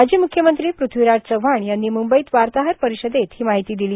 माजी म्ख्यमंत्री पृथ्वीराज चव्हाण यांनी म्ंबईत वार्ताहर परिषदेत ही माहिती दिली